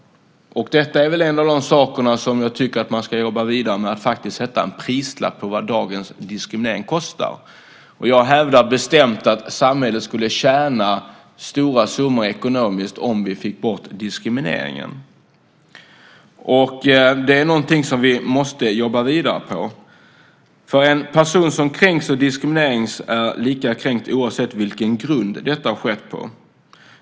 En sak att jobba vidare med är att sätta en prislapp på vad dagens diskriminering kostar. Jag hävdar bestämt att samhället skulle tjäna stora summor ekonomiskt om vi fick bort diskrimineringen. Det är något som vi måste jobba vidare med. En person som kränks på grund av diskriminering är lika kränkt oavsett vilken grunden är.